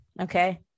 Okay